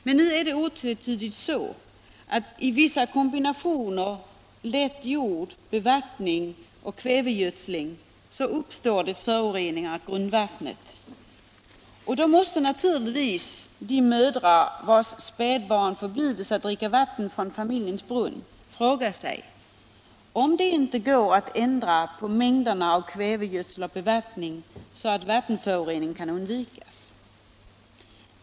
Men nu är det otvetydigt så, att i vissa kombinationer lätt jord, bevattning och kvävegödsling uppstår föroreningar av grundvattnet. Och då måste naturligtvis de mödrar, vilkas spädbarn förbjuds dricka vatten från familjens brunn, fråga sig om det inte går att ändra på mängderna av kvävegödsel och bevattning, så att vattenförorening kan undvikas.